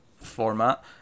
format